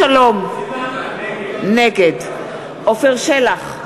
נגד עפר שלח,